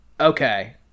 Okay